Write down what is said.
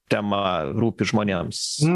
tema rūpi žmonėms